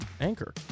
anchor